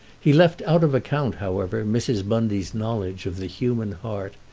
he left out of account however mrs. bundy's knowledge of the human heart,